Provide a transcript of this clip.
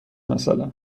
مثلا